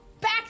back